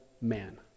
man